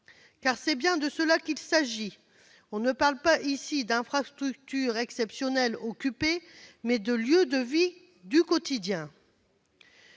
Car c'est bien de cela qu'il s'agit ! On ne parle pas ici d'infrastructures exceptionnellement occupées, mais de lieux de vie quotidiens.